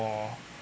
for